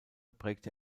prägte